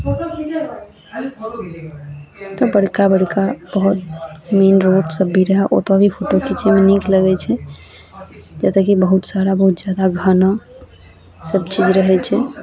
तऽ बड़का बड़का बहुत मेन रोड सब भी रहए ओतऽ भी फोटो खीचैमे नीक लगै छै जैसेकी बहुत सारा बहुत जगह घना सब चीज रहै